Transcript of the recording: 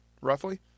roughly